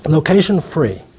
Location-free